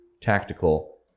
tactical